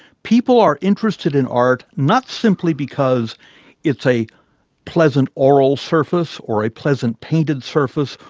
people are interested in art, not simply because it's a pleasant aural surface or a pleasant painted surface,